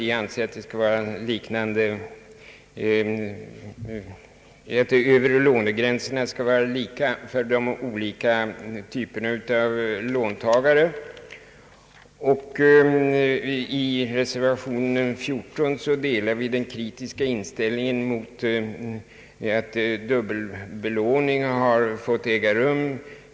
Vi anser att de övre lånegränserna skall vara lika för de olika typerna av låntagare. I reservation 14 delar vi den kritiska inställningen mot att dubbelbelåning har fått äga rum.